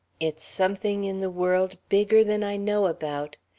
it's something in the world bigger than i know about.